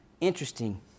interesting